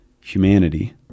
humanity